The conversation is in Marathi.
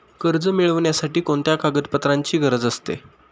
कर्ज मिळविण्यासाठी कोणत्या कागदपत्रांची गरज असते?